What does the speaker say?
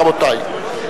רבותי,